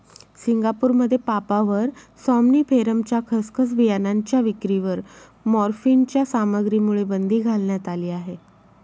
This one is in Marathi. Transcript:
सिंगापूरमध्ये पापाव्हर सॉम्निफेरमच्या खसखस बियाणांच्या विक्रीवर मॉर्फिनच्या सामग्रीमुळे बंदी घालण्यात आली आहे